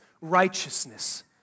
righteousness